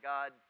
God